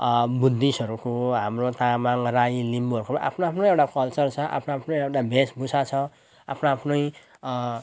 बुद्धिस्टहरूको हाम्रो तामाङ राई लिम्बूहरूको आफ्नो आफ्नो एउटा कल्चर आफ्नो आफ्नो एउटा वेशभूषा छ आफ्नो आफ्नै